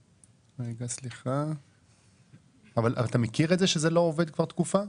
אתה מכיר שזה לא עובד כבר תקופה?